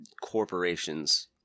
corporations